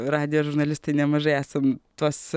radijo žurnalistai nemažai esam tuos